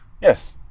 Yes